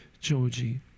Georgie